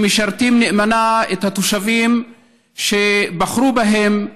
שמשרתים נאמנה את התושבים שבחרו בהם,